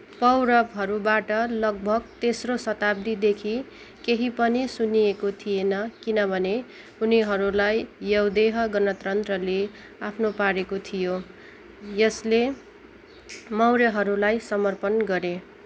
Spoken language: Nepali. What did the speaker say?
पौरवहरूबाट लगभग तेस्रो शताब्दीदेखि केही पनि सुनिएको थिएन किनभने उनीहरूलाई यौधेय गणतन्त्रले आफ्नो पारेको थियो जसले मौर्यहरूलाई समर्पण गरे